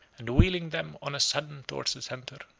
and wheeling them on a sudden towards the centre,